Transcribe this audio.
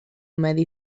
medi